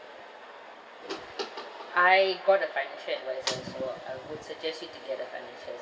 I got a financial adviser also I would suggest you to get a financials